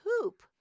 hoop